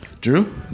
Drew